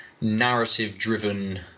narrative-driven